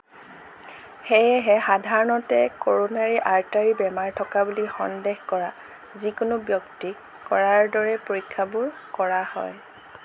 সেয়েহে সাধাৰণতে coronary artery বেমাৰ থকা বুলি সন্দেহ কৰা যিকোনো ব্যক্তিক কৰাৰ দৰেই পৰীক্ষাবোৰ কৰা হয়